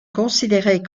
considéré